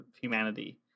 humanity